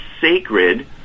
sacred